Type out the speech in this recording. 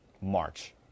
March